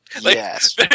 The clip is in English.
Yes